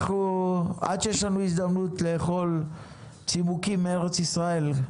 עד שיש לנו הזדמנות לאכול צימוקים מארץ ישראל.